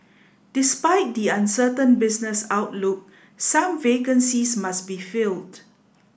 despite the uncertain business outlook some vacancies must be filled